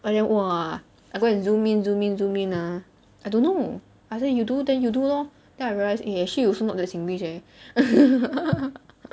I didn't !wah! I go and zoom in zoom in zoom in ah I don't know I say you do then you do lor then I realise eh actually you not that singlish eh